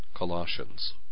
Colossians